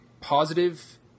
positive